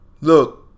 Look